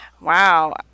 Wow